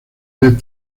best